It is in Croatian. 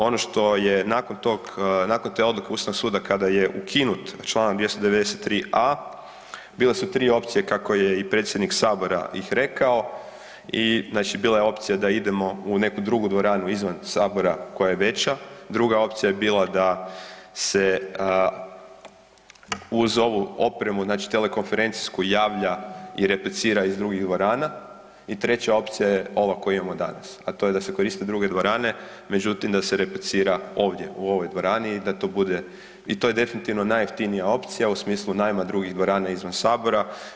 Ono što je nakon tog, nakon te odluke Ustavnog suda, kada je ukinut čl. 293.a bile su tri opcije kako je i predsjednik Sabora ih rekao i znači bila je opcija da idemo u neku drugu dvoranu izvan Sabora koja je veća, druga opcija je bila da se uz ovu opremu, znači telekonferenciju javlja i replicira iz drugih dvorana i treća opcija je ova koju imamo danas, a to je da se koriste druge dvorane, međutim, da se replicira ovdje u ovoj dvorani i da to bude i to je definitivno najjeftinija opcija u smislu najma drugih dvorana izvan Sabora.